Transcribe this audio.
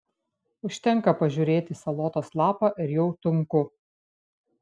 užtenka pažiūrėti į salotos lapą ir jau tunku